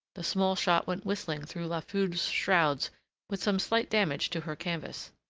the small shot went whistling through la foudre's shrouds with some slight damage to her canvas.